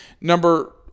Number